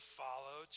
follow